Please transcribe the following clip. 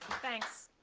thanks.